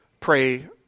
pray